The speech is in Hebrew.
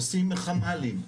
עושים חמ"לים,